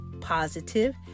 positive